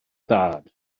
dad